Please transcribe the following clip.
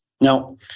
Now